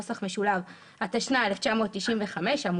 התשנ"ה 1995‏,